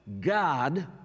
God